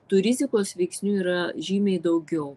tų rizikos veiksnių yra žymiai daugiau